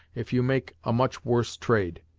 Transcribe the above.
if you make a much worse trade.